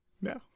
no